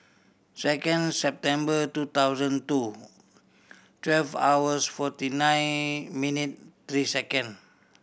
second September two thousand two twelve hours forty nine minute three second